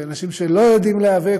אנשים שלא יודעים להיאבק,